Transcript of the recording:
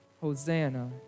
Hosanna